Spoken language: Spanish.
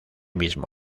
mismo